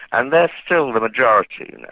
and they're still the majority you know.